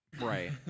Right